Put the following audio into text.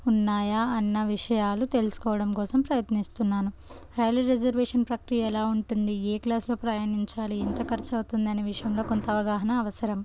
ఉన్నాయా అన్న విషయాలు తెలుసుకోవడం కోసం ప్రయత్నిస్తున్నాను రైలు రిజర్వేషన్ ప్రక్రియ ఎలా ఉంటుంది ఏ క్లాస్లో ప్రయాణించాలి ఎంత ఖర్చవుతుందిని విషయంలో కొంత అవగాహన అవసరం